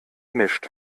mischt